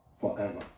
forever